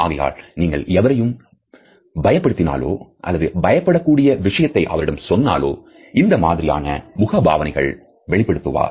ஆகையால் நீங்கள் எவரையும் பயபடுத்தினாலோ அல்லது பயப்படக்கூடிய விஷயத்தை அவரிடம் சொன்னாலோ இந்த மாதிரியான முக பாவனைகளை வெளிப்படுத்துவார்